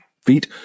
feet